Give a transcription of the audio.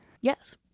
Yes